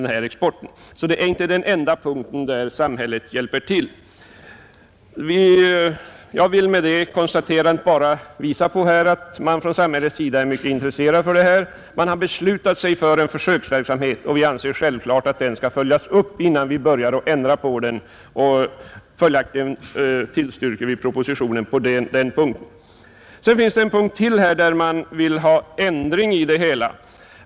Den här stödverksamheten är alltså inte den enda punkten där samhället hjälper till, och jag har med detta konstaterande bara velat påvisa att man från samhällets sida är mycket intresserad av detta. Man har beslutat sig för en försöksverksamhet, och den bör självfallet följas upp innan vi börjar ändra på den. Följaktligen tillstyrker vi propositionen på den punkten. Det finns ytterligare en punkt där reservanterna vill ha en ändring till stånd.